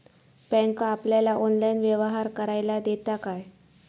Bank आपल्याला online व्यवहार करायला देता काय?